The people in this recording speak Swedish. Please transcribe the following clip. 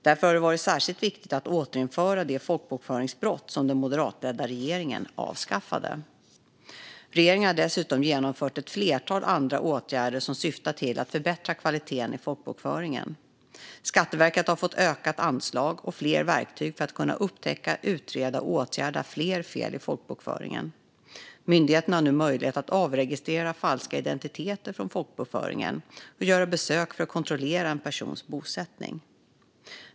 Därför har det varit särskilt viktigt att återinföra det folkbokföringsbrott som den moderatledda regeringen avskaffade. Regeringen har dessutom genomfört ett flertal andra åtgärder som syftar till att förbättra kvaliteten i folkbokföringen. Skatteverket har fått ökat anslag och fler verktyg för att kunna upptäcka, utreda och åtgärda fler fel i folkbokföringen. Myndigheten har nu möjlighet att avregistrera falska identiteter från folkbokföringen och göra besök för att kontrollera en persons bosättning.